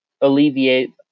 alleviate